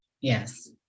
Yes